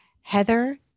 Heather